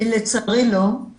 לצערי לא.